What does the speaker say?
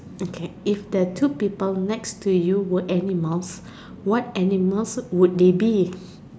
okay if the two people next to you were animals what animals would would they be